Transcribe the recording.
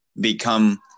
become